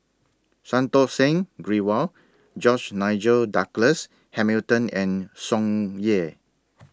Santokh Singh Grewal George Nigel Douglas Hamilton and Tsung Yeh